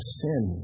sin